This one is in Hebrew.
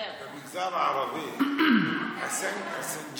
במגזר הערבי הסנג'ירים,